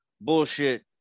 bullshit